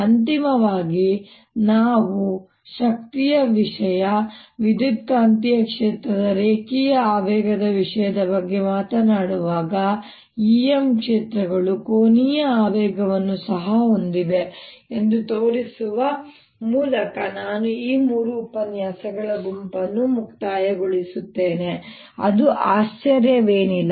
ಅಂತಿಮವಾಗಿ ನಾವು ಶಕ್ತಿಯ ವಿಷಯ ವಿದ್ಯುತ್ಕಾಂತೀಯ ಕ್ಷೇತ್ರದ ರೇಖೀಯ ಆವೇಗದ ವಿಷಯದ ಬಗ್ಗೆ ಮಾತನಾಡುವಾಗ E M ಕ್ಷೇತ್ರಗಳು ಕೋನೀಯ ಆವೇಗವನ್ನು ಸಹ ಹೊಂದಿವೆ ಎಂದು ತೋರಿಸುವ ಮೂಲಕ ನಾನು ಈ ಮೂರು ಉಪನ್ಯಾಸಗಳ ಗುಂಪನ್ನು ಮುಕ್ತಾಯಗೊಳಿಸುತ್ತೇನೆ ಅದು ಆಶ್ಚರ್ಯವೇನಿಲ್ಲ